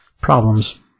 problems